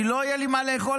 אני לא יהיה לי מה לאכול,